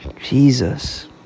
Jesus